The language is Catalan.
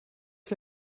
que